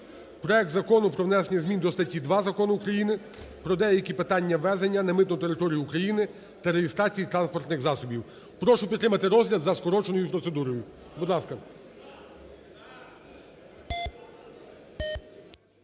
проект Закону про внесення змін до статті 2 Закону України "Про деякі питання ввезення на митну територію України та реєстрації транспортних засобів". Прошу підтримати розгляд за скороченою процедурою. Будь ласка.